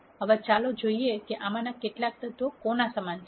હવે ચાલો જોઈએ કે આમાંના દરેક તત્વો કોના સમાન છે